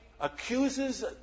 accuses